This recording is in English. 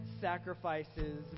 sacrifices